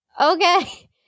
Okay